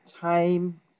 time